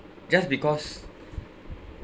just because